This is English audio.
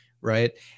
Right